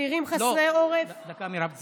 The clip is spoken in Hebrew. דקה, מירב.